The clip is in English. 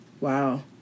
wow